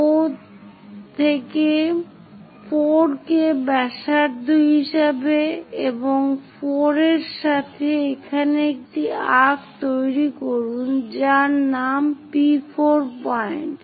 O থেকে 4 কে ব্যাসার্ধ হিসাবে কেন্দ্র 4 এর সাথে এখানে একটি আর্ক্ তৈরি করুন যার নাম P4 পয়েন্ট